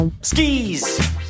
Skis